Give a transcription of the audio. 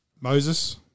Moses